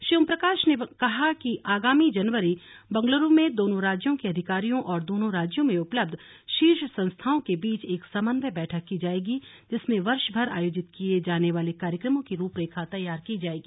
श्री ओम प्रकाश ने कहा कि आगामी जनवरी बंगलुरु में दोनों राज्यों के अधिकारियों और दोनों राज्यों में उपलब्ध शीर्ष संस्थाओं के बीच एक समन्वय बैठक की जायेगी जिसमें वर्ष भर आयोजित किये जाने वाले कार्यक्रमों की रूपरेखा तैयार की जायेगी